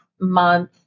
month